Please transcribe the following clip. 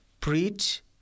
preach